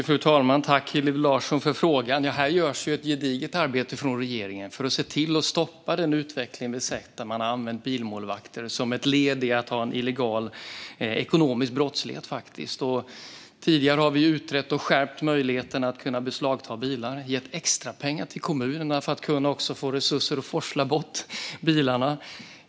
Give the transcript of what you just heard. Fru talman! Jag tackar Hillevi Larsson för frågan. Det görs ett gediget arbete från regeringen för att se till att stoppa den utveckling vi har sett, där man har använt bilmålvakter som ett led i en illegal ekonomisk brottslighet. Tidigare har vi utrett och skärpt möjligheterna att beslagta bilar och gett extrapengar till kommunerna för att ge dem resurser att forsla bort bilarna.